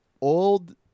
old